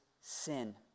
sin